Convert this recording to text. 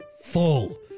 full